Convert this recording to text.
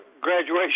graduation